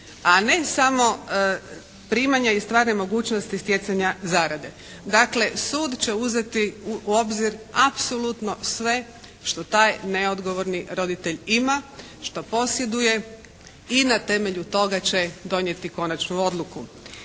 a ne samo primanja i stvarne mogućnosti stjecanja zarade. Dakle sud će uzeti u obzir apsolutno sve što taj neodgovorni roditelj ima, što posjeduje i na temelju toga će donijeti konačnu odluku.